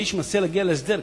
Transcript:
האיש מנסה להגיע להסדר,